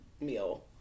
meal